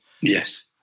Yes